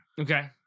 Okay